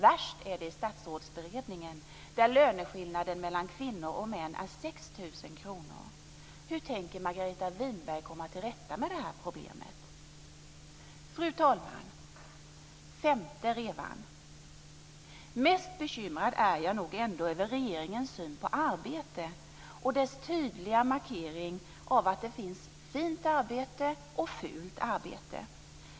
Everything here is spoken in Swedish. Värst är det i Statsrådsberedningen, där löneskillnaden mellan kvinnor och män är 6 000 kr. Hur tänker Margareta Winberg komma till rätta med det här problemet? Den femte revan, fru talman: Mest bekymrad är jag nog ändå över regeringens syn på arbete och dess tydliga markering av att det finns fint arbete och fult arbete.